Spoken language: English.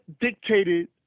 dictated